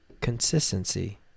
consistency